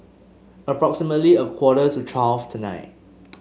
approximately a quarter to twelve tonight